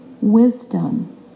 wisdom